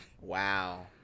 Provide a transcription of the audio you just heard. Wow